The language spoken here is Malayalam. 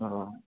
ഓഹോ